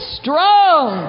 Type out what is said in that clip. strong